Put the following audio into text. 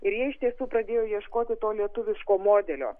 ir jie iš tiesų pradėjo ieškoti to lietuviško modelio